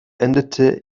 endete